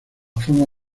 fama